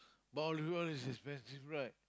but olive oil is expensive right